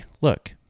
look